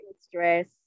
stress